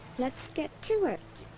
let's get to it!